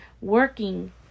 working